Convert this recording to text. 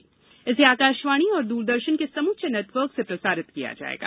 साझा इसे आकाशवाणी और दूरदर्शन के समूचे नेटवर्क से प्रसारित किया जाएगा